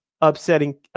upsetting